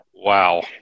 Wow